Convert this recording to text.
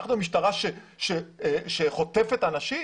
אנחנו משטרה שחוטפת אנשים?